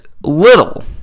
little